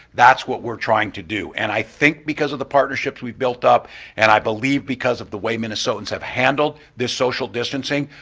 that's what we're trying to do. and i think because of the partnerships we've built up and i believe because of the way minnesotans have handled this social distancing,